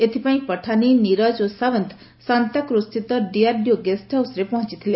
ଏଥିପାଇଁ ପିଠାନି ନୀରଜ ଓ ସାଓ୍ନ୍ତ ଶାନ୍ତାକ୍ରଜସ୍ଥିତ ଡିଆର୍ଡିଓ ଗେଷ୍ଟ ହାଉସ୍ରେ ପହଞ୍ଚଥିଲେ